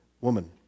woman